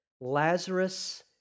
Lazarus